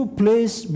place